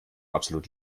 absolut